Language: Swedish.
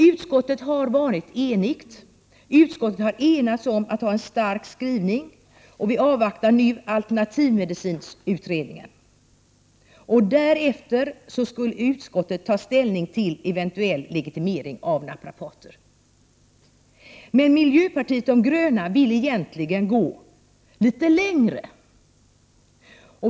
Utskottet har varit enigt om att ha en stark skrivning, och vi avvaktar nu alternativmedicinutredningen. Därefter skall utskottet ta ställning till eventuell legitimering av naprapater. Men miljöpartiet de gröna vill egentligen gå litet längre.